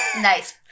Nice